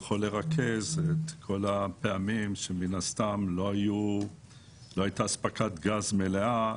יכול לרכז את כל הפעמים שמן הסתם לא הייתה אספקת גז מלאה,